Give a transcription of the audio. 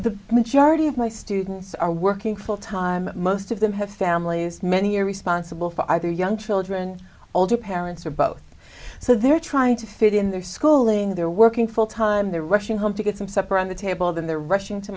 the majority of my students are working full time most of them have families many are responsible for either young children older parents or both so they're trying to fit in their schooling they're working full time they're rushing home to get some supper on the table then they're rushing to